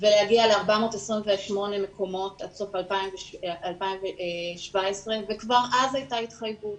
ולהגיע ל-428 מקומות עד סוף 2017 וכבר אז הייתה התחייבות